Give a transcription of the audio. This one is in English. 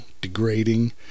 degrading